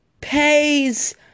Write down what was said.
pays